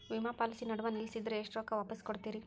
ವಿಮಾ ಪಾಲಿಸಿ ನಡುವ ನಿಲ್ಲಸಿದ್ರ ಎಷ್ಟ ರೊಕ್ಕ ವಾಪಸ್ ಕೊಡ್ತೇರಿ?